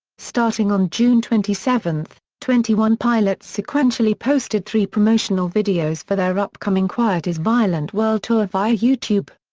starting on june twenty seven, twenty one pilots sequentially posted three promotional videos for their upcoming quiet is violent world tour via youtube.